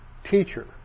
Teacher